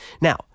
Now